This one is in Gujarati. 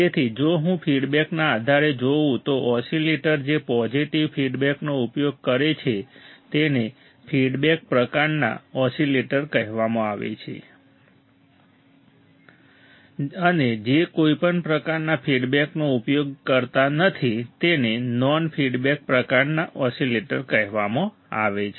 તેથી જો હું ફીડબેકના આધારે જોઉં તો ઓસિલેટર જે પોઝિટિવ ફીડબેકનો ઉપયોગ કરે છે તેને ફીડબેક પ્રકારના ઓસીલેટર કહેવામાં આવે છે અને જે કોઈપણ પ્રકારના ફીડબેકનો ઉપયોગ કરતા નથી તેને નોન ફીડબેક પ્રકારના ઓસીલેટર કહેવામાં આવે છે